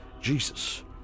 Jesus